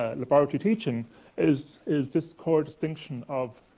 ah laboratory teaching is is this core distinction of,